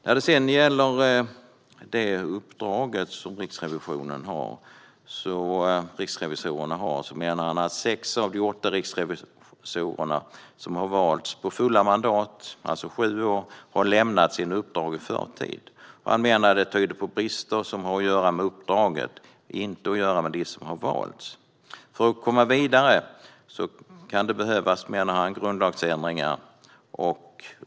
När det gäller riksrevisorernas uppdrag lyfter Axberger fram att sex av de åtta riksrevisorer som har valts på fulla mandat, alltså sju år, har lämnat sina uppdrag i förtid. Det tyder på brister som har att göra med uppdraget, inte med dem som har valts. För att komma vidare kan det behövas grundlagsändringar.